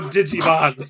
Digimon